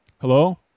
Hello